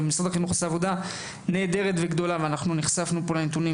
שעושה עבודה נהדרת וחשף אותנו לנתונים,